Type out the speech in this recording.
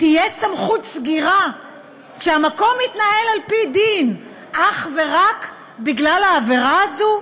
תהיה סמכות סגירה כשהמקום מתנהל על-פי דין אך ורק בגלל העבירה הזאת?